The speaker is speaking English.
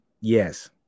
yes